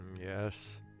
Yes